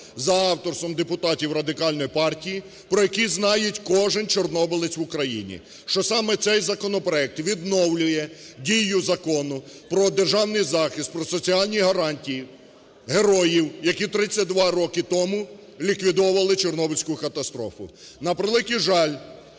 за авторством депутатів Радикальної партії, про який знає кожний чорнобилець в Україні, що саме цей законопроект відновлює дію закону про державний захист, про соціальні гарантії героїв, які 32 роки тому ліквідовували Чорнобильську катастрофу.